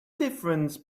difference